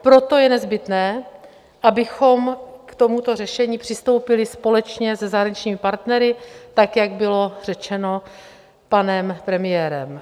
Proto je nezbytné, abychom k tomuto řešení přistoupili společně se zahraničními partnery, tak jak bylo řečeno panem premiérem.